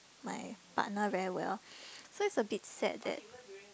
my partner very well so it's a bit sad that